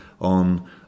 on